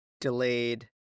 delayed